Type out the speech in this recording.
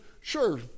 sure